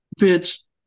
bitch